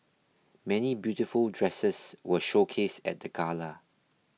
many beautiful dresses were showcased at the gala